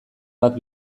bat